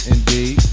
Indeed